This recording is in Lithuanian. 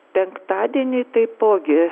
penktadienį taipogi